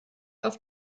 auf